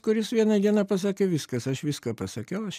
kuris vieną dieną pasakė viskas aš viską pasakiau aš